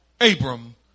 Abram